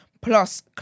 Plus